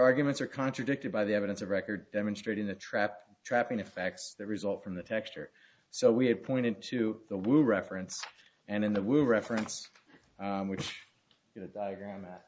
arguments are contradicted by the evidence of record demonstrating the trap trapping effects that result from the texture so we had pointed to the womb reference and in the womb reference which you know diagram